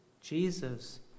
Jesus